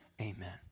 Amen